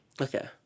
Okay